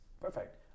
Perfect